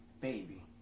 baby